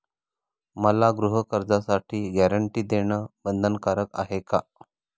मला गृहकर्जासाठी गॅरंटी देणं बंधनकारक आहे का?